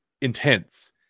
intense